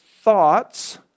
thoughts